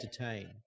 entertain